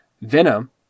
venom